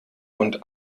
und